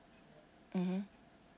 mmhmm